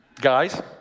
Guys